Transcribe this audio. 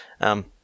Um-